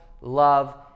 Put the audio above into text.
love